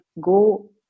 go